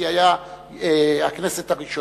כי הוא היה בניין הכנסת הראשון.